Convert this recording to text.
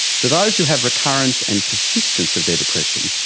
for those who have recurrence and persistence of their depression,